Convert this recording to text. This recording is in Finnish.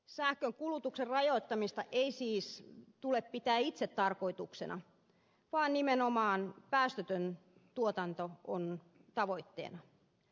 sähkönkulutuksen rajoittamista ei siis tule pitää itsetarkoituksena vaan nimenomaan päästötön tuotanto on tavoitteena